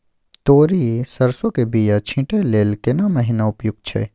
तोरी, सरसो के बीया छींटै लेल केना महीना उपयुक्त छै?